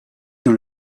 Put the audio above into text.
dans